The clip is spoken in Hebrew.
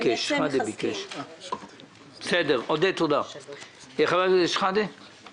הכנסת שחאדה ואחריו חבר הכנסת מוטי יוגב.